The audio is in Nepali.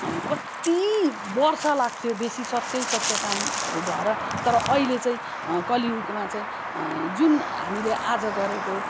कत्ति वर्ष लाग्थ्यो बेसी सत्यै सत्य कामहरू भएर तर अहिले चाहिँ कलियुगमा चाहिँ जुन हामीले आज गरेको